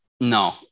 No